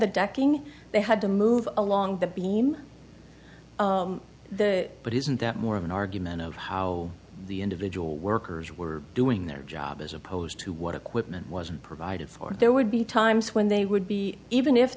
the decking they had to move along the beam the but isn't that more of an argument of how the individual workers were doing their job as opposed to what equipment was provided for there would be times when they would be even if